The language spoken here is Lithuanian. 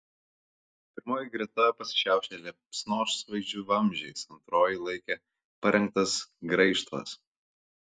pirmoji greta pasišiaušė liepsnosvaidžių vamzdžiais antroji laikė parengtas graižtvas